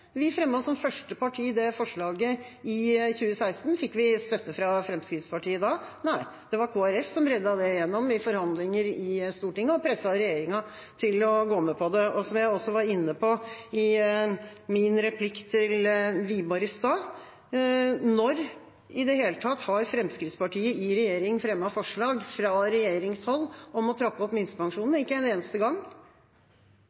Vi fremmet som første parti det forslaget i 2016. Fikk vi støtte fra Fremskrittspartiet da? Nei. Det var Kristelig Folkeparti som reddet det igjennom i forhandlinger i Stortinget og presset regjeringa til å gå med på det. Som jeg også var inne på i min replikk til Wiborg i stad: Når i det hele tatt har Fremskrittspartiet i regjering fremmet forslag fra regjeringshold om å trappe opp